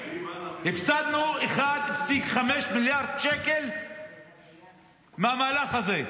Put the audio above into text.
הפסדנו 1.5 מיליארד שקל מהמהלך הזה.